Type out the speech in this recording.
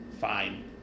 fine